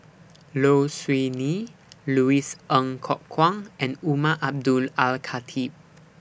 Low Siew Nghee Louis Ng Kok Kwang and Umar Abdullah Al Khatib